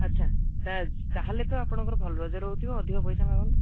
ଆଚ୍ଛା ତାହେଲେ ତ ଆପଣଙ୍କର ଭଲ ରୋଜଗାର ହେଉଥିବ ଅଧିକ ପଇସା ମାଗନ୍ତୁ